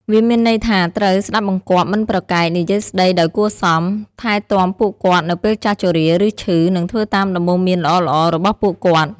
វាមានន័យថាត្រូវ ស្តាប់បង្គាប់ មិនប្រកែក និយាយស្ដីដោយគួរសម ថែទាំពួកគាត់នៅពេលចាស់ជរា ឬឈឺ និងធ្វើតាមដំបូន្មានល្អៗរបស់ពួកគាត់។